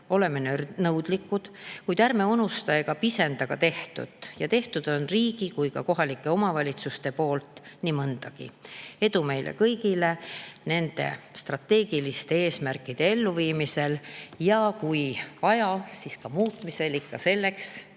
oleme nõudlikud, kuid ärme unusta ega pisenda tehtut. Ja tehtud on nii riigi kui ka kohalike omavalitsuste poolt nii mõndagi. Edu meile kõigile nende strateegiliste eesmärkide elluviimisel ja kui vaja, siis ka muutmisel ikka selleks,